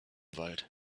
wald